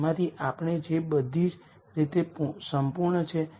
તેથી મેટ્રિક્સનો rank n r હોવો જોઈએ